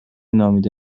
نامیده